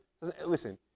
listen